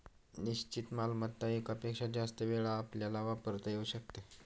निश्चित मालमत्ता एकापेक्षा जास्त वेळा आपल्याला वापरता येऊ शकते